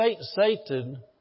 Satan